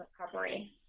recovery